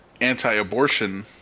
anti-abortion